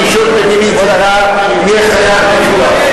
מישות מדינית זרה יהיה חייב דיווח.